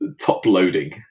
top-loading